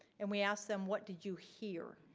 and we asked them, what did you hear?